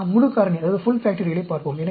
நாம் முழு காரணியைப் பார்ப்போம்